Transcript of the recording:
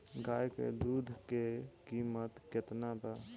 गाय के दूध के कीमत केतना बा?